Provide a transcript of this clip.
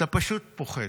אתה פשוט פוחד.